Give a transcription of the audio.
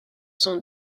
sont